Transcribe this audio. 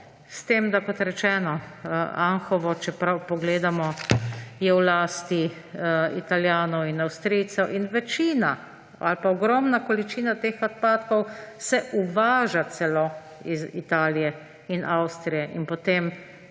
s tem da, kot rečeno, Anhovo, če prav pogledamo, je v lasti Italijanov in Avstrijcev in ogromna količina teh odpadkov se uvaža celo iz Italije in Avstrije in potem